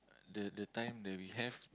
the the time that we have